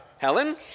Helen